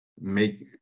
make